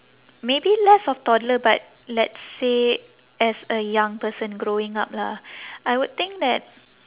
maybe less of toddler but let's say as a young person growing up lah I would think that